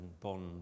Bond